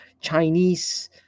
Chinese